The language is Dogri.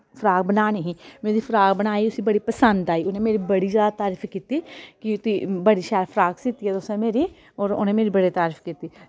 फ्राक बनानी ही में ओह्दी फ्राक बनाई उस्सी बड़ी पसंद आई ही उन्ने मेरी बड़ी जैदा तारीफ कीती कि तुसी बड़ी शैल फ्राक सीह्ती ऐ तुसें मेरी और उनैं मेरी बड़ी तारीफ कीती